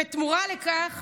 בתמורה לכך